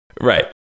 right